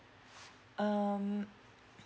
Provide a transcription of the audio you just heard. um